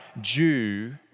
Jew